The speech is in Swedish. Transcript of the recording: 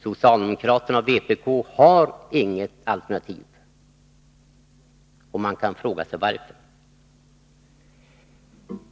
Socialdemokraterna och vpk har inget alternativ, och man kan fråga sig varför.